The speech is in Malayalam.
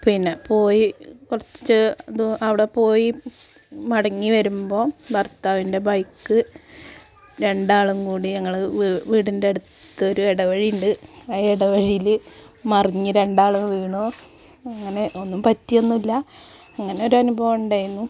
പിന്നെ പോയി കുറച്ച് അതു അവിടെ പോയി മടങ്ങി വരുമ്പോൾ ഭർത്താവിൻ്റെ ബൈക്ക് രണ്ടാളും കൂടി ഞങ്ങൾ വീടിൻ്റെ അടുത്ത് ഒരു ഇടവഴിയുണ്ട് ആ ഇടവഴിയിൽ മറിഞ്ഞ് രണ്ടാളും വീണു അങ്ങനെ ഒന്നും പറ്റിയൊന്നും ഇല്ല അങ്ങനെ ഒരു അനുഭവം ഉണ്ടായിരുന്നു